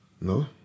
No